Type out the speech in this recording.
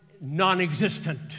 non-existent